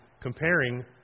comparing